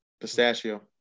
Pistachio